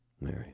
Mary